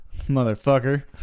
Motherfucker